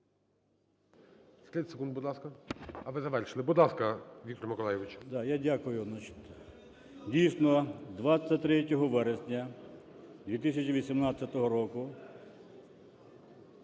дійсно 23 вересня 2018 року